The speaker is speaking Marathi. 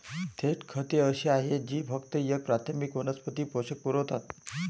थेट खते अशी आहेत जी फक्त एक प्राथमिक वनस्पती पोषक पुरवतात